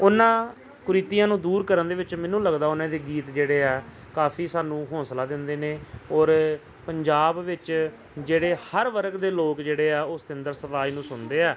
ਉਹਨਾਂ ਕੁਰੀਤੀਆਂ ਨੂੰ ਦੂਰ ਕਰਨ ਦੇ ਵਿੱਚ ਮੈਨੂੰ ਲੱਗਦਾ ਉਹਨਾਂ ਦੇ ਗੀਤ ਜਿਹੜੇ ਆ ਕਾਫੀ ਸਾਨੂੰ ਹੌਂਸਲਾ ਦਿੰਦੇ ਨੇ ਔਰ ਪੰਜਾਬ ਵਿੱਚ ਜਿਹੜੇ ਹਰ ਵਰਗ ਦੇ ਲੋਕ ਜਿਹੜੇ ਆ ਉਹ ਸਤਿੰਦਰ ਸਰਤਾਜ ਨੂੰ ਸੁਣਦੇ ਆ